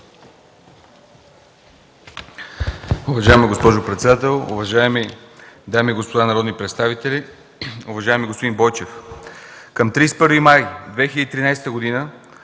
Уважаема госпожо председател, уважаеми дами и господа народни представители, уважаеми господин Бойчев! Към 31 май 2013 г.